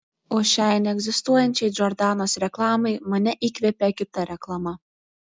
o šiai neegzistuojančiai džordanos reklamai mane įkvėpė kita reklama